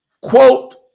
quote